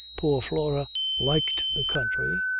poor flora liked the country,